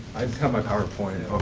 have my powerpoint.